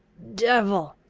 devil!